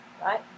right